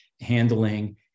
handling